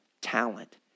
talent